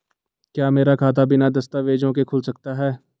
क्या मेरा खाता बिना दस्तावेज़ों के खुल सकता है?